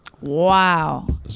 Wow